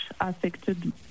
affected